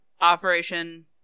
Operation